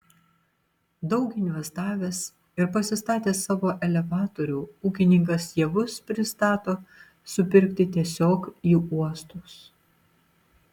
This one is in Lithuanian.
daug investavęs ir pasistatęs savo elevatorių ūkininkas javus pristato supirkti tiesiog į uostus